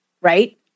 right